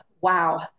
wow